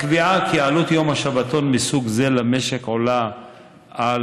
הקביעה כי "עלות יום שבתון מסוג זה למשק עולה על